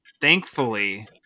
thankfully